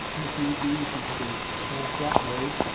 if need be, you can take a small flat blade